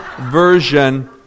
version